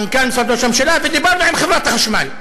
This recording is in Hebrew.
דיברנו עם מנכ"ל משרד ראש הממשלה ודיברנו עם חברת החשמל.